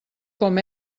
com